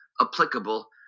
applicable